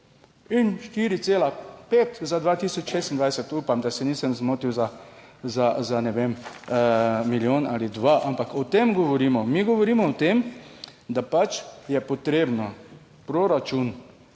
in 4,5 za 2026 upam, da se nisem zmotil za, ne vem, milijon ali dva, ampak o tem govorimo. Mi govorimo o tem, da pač je potrebno proračun